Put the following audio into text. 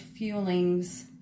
fuelings